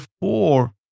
four